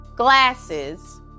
glasses